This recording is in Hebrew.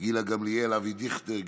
גילה גמליאל, אבי דיכטר,